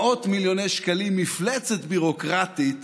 מאות מיליוני שקלים, מפלצת ביורוקרטית,